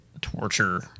torture